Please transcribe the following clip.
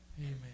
Amen